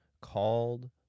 called